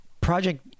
project